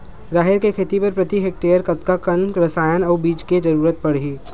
राहेर के खेती बर प्रति हेक्टेयर कतका कन रसायन अउ बीज के जरूरत पड़ही?